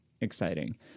exciting